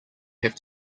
have